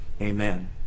amen